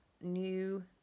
new